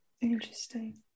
interesting